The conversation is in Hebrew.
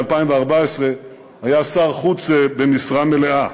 ב-2014 היה שר חוץ במשרה מלאה.